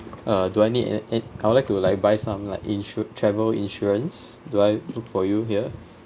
uh do I need and it I would like to like buy some like insur~ travel insurance do I look for you here